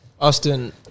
Austin